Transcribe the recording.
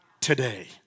Today